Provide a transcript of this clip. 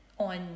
on